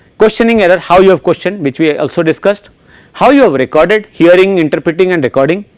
questioning error how you have questioned which we ah also discussed how you have recorded hearing interpreting and recording.